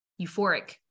euphoric